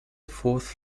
fourth